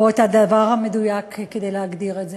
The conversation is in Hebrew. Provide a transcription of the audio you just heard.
או את הדבר המדויק כדי להגדיר את זה.